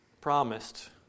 promised